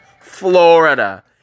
Florida